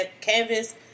canvas